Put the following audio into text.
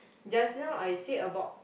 just now I said about